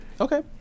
okay